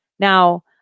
Now